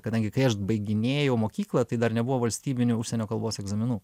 kadangi kai aš baiginėjau mokyklą tai dar nebuvo valstybinių užsienio kalbos egzaminų